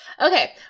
Okay